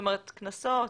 זאת אומרת קנסות